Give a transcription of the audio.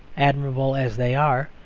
admirable as they are,